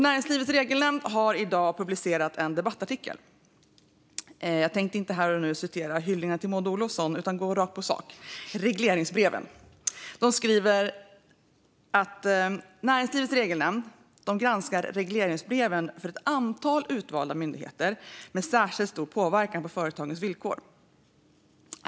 Näringslivets Regelnämnd har i dag publicerat en debattartikel. Jag tänkte inte här och nu citera hyllningar till Maud Olofsson, utan jag tänkte gå rakt på sak och ta upp regleringsbreven. Näringslivets Regelnämnd skriver att man granskar regleringsbreven för ett antal utvalda myndigheter med särskilt stor påverkan på företagens villkor.